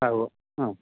ആ ഉവ്വാ ആ